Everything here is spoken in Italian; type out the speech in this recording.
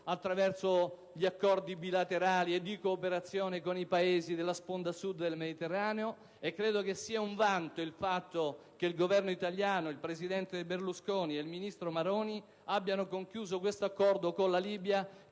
attraverso gli accordi bilaterali e di cooperazione con i Paesi della sponda Sud del Mediterraneo. Credo che sia un vanto il fatto che il Governo italiano, il presidente Berlusconi e il ministro Maroni abbiano concluso l'accordo con la Libia